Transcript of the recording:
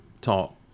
talk